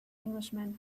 englishman